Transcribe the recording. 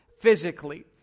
physically